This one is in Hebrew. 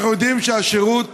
אנחנו יודעים שהשירות